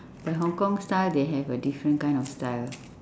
but hong-kong style they have a different kind of style